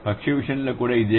పక్షి విషయంలో కూడా ఇదే